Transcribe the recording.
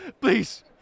Please